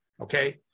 Okay